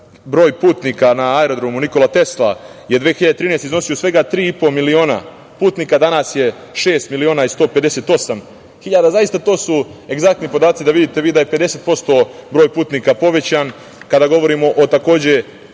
broj putnika na aerodromu Nikola Tesla je 2013. godine iznosio svega tri i po miliona putnika, a danas je šest miliona i 158 hiljada. Zaista, to su egzaktni podaci, da vidite da je 50% broj putnika povećan. Kada govorimo, takođe,